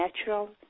natural